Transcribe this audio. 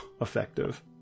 effective